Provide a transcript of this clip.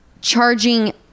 charging